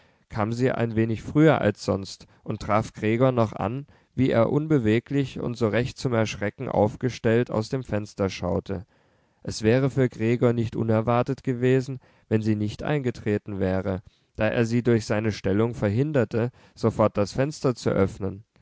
kam sie ein wenig früher als sonst und traf gregor noch an wie er unbeweglich und so recht zum erschrecken aufgestellt aus dem fenster schaute es wäre für gregor nicht unerwartet gewesen wenn sie nicht eingetreten wäre da er sie durch seine stellung verhinderte sofort das fenster zu öffnen